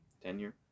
tenure